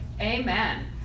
amen